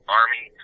army